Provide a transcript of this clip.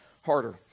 Harder